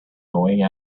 going